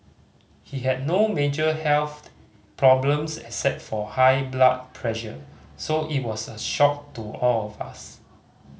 he had no major health problems except for high blood pressure so it was a shock to all of us